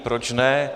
Proč ne?